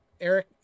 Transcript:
Eric